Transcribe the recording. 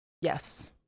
yes